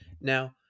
Now